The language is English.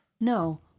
No